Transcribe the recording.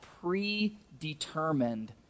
predetermined